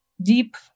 deep